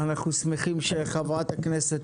אנחנו שמחים שחברת הכנסת,